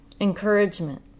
encouragement